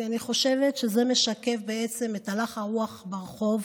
כי אני חושבת שזה משקף בעצם את הלך הרוח ברחוב.